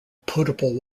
potable